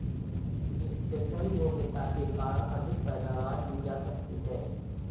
special योग्यता के कारण अधिक पैदावार ली जा सकती है